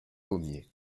pommiers